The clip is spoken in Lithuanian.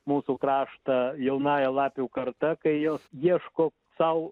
mūsų kraštą jaunąja lapių karta kai jos ieško sau